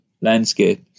landscape